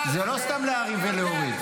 זה לא סתם להרים ולהוריד.